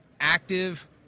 active –